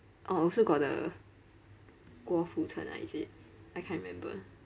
oh also got the guo fu chen ah is it I can't remember